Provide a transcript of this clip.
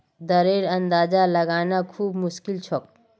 दरेर अंदाजा लगाना खूब मुश्किल छोक